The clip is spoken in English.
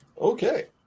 okay